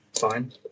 fine